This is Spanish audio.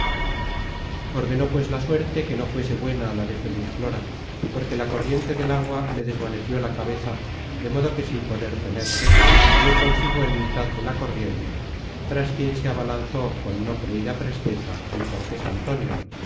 ordenó pues la suerte que no fuese buena la de feliz flora porque la corriente del agua le desvaneció la cabeza de modo que sin poder tenerse dió consigo en mitad de la corriente tras quien se abalanzó con no creida presteza el cortés antonio